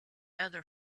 other